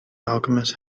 alchemist